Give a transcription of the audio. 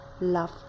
love